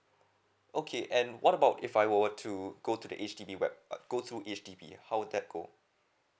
okay and what about if I were to go to the H_D_B web~ uh go through H_D_B how would that go